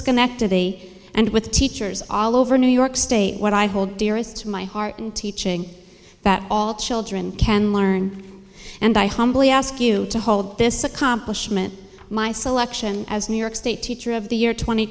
schenectady and with teachers all over new york state what i hold dearest my heart and teaching that all children can learn and i humbly ask you to hold this accomplishment my selection as new york state teacher of the year tw